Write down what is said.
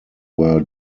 were